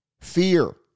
fear